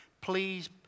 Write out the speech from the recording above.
Please